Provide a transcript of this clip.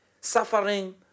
suffering